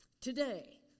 today